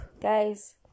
guys